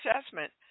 assessment